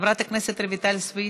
חברת הכנסת רויטל סויד,